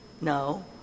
no